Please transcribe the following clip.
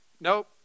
Nope